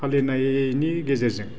फालिनायनि गेजेरजों